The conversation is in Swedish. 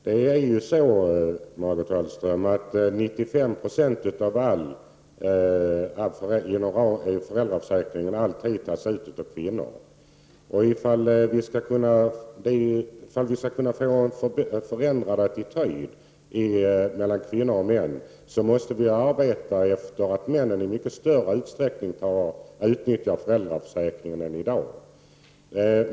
Det är ju så, Margot Wallström, att 95 96 av föräldraförsäkringen tas ut av kvinnor. Om vi skall kunna få en förändrad attityd mellan kvinnor och män måste vi arbeta för att männen i mycket större utsträckning utnyttjar föräldraförsäkringen än i dag.